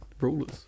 rulers